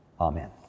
Amen